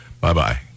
Bye-bye